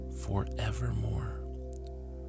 forevermore